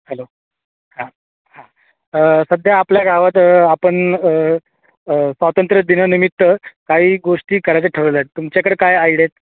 hello हां हां सध्या आपल्या गावात आपण स्वातंत्र्यदिनानिमित्त काही गोष्टी करायच्या ठरवल्या आहेत तुमच्याकडं काय आयडिया आहेत